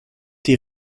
die